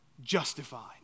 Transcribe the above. justified